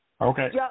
Okay